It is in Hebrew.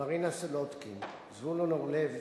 מרינה סולודקין, זבולון אורלב